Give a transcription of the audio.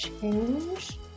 change